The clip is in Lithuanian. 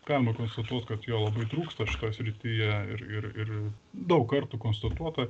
galima konstatuot kad jo labai trūksta šitoje srityje ir ir daug kartų konstatuota